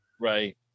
Right